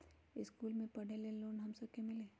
इश्कुल मे पढे ले लोन हम सब के मिली?